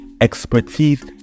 expertise